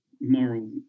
moral